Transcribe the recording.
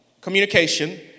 communication